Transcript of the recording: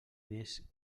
més